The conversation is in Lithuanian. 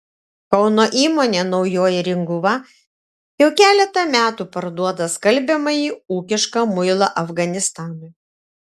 kauno įmonė naujoji ringuva jau keletą metų parduoda skalbiamąjį ūkišką muilą afganistanui